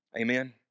Amen